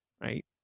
right